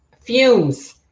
fumes